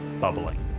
bubbling